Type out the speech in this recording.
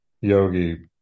Yogi